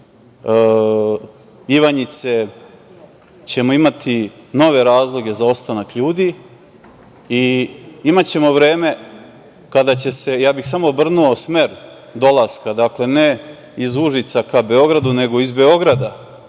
Ivanjice ćemo imati nove razloge za ostanak ljudi i imaćemo vreme kada će se, ja bih samo obrnuo smer dolaska, dakle ne iz Užica ka Beogradu, nego iz Beograda